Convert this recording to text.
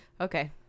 Okay